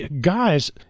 Guys